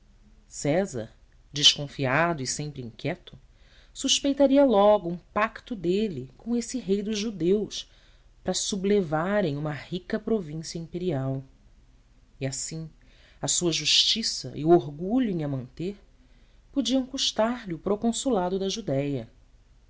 césar desconfiado e sempre inquieto suspeitaria logo um pacto dele com esse rei dos judeus para sublevarem uma rica provinda imperial e assim a sua justiça e o orgulho em a manter podiam custar-lhe o proconsulado da judéia